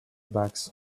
bags